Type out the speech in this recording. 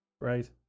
Right